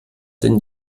denn